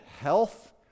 health